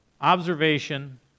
Observation